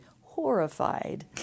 horrified